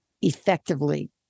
effectively